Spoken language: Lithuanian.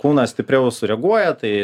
kūnas stipriau sureaguoja tai